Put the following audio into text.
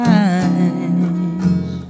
eyes